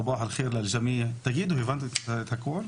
חשוב לי להגיד שצריך לראות בשפה האחרת של עם אחר ערך מוסף.